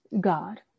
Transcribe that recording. God